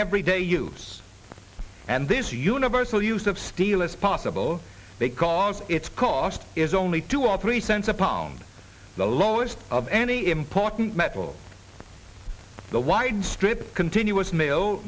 everyday use and these are universal use of steel is possible they cause it's cost is only two or three cents a pound the lowest of any important metal the wide strip continuous ma